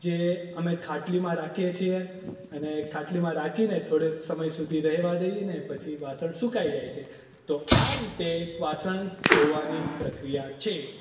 જે અમે ખાટલીમાં રાખીએ છીએ અને ખાટલીમાં રાખીને થોડોક સમય સુધી રહેવા દઈને પછી વાસણ સુકાઈ જાય છે તો આ રીતે વાસણ ધોવાની પ્રક્રિયા છે